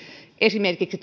esimerkiksi